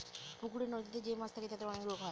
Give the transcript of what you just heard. পুকুরে, নদীতে যে মাছ থাকে তাদের অনেক রোগ হয়